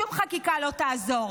שום חקיקה לא תעזור.